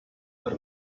per